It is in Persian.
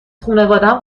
خانوادم